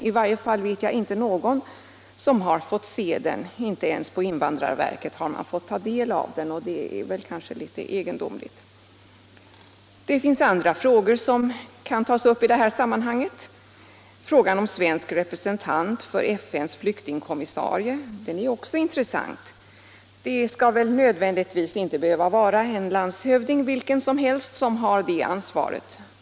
I varje fall vet jag inte någon som har fått se den. Inte ens på invandrarverket har man fått ta del av den, och det är väl litet egendomligt. Det finns andra frågor som kan tas upp i det här sammanhanget. Frågan om svensk representant för FN:s flyktingkommissarie är ju intressant. Det skall väl inte nödvändigtvis behöva vara en landshövding, vilken som helst, som har det ansvaret.